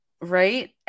Right